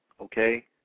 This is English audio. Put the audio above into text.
okay